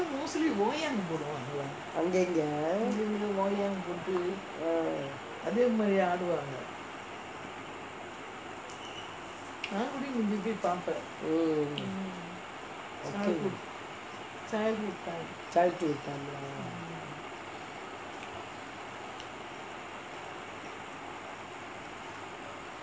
அங்கே இங்கே:anggae inggae ah mm childhood time lah